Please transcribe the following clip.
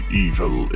evil